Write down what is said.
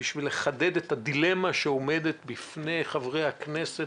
כדי לחדד את הדילמה שעומדת בפני חברי הכנסת